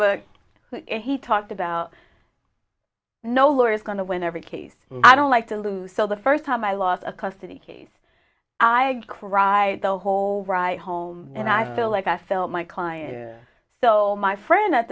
but he talked about no lawyer is going to win every case i don't like to lose so the first time i lost a custody case i cried the whole ride home and i feel like i felt my client so my friend at